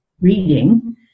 reading